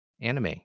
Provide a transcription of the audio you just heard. anime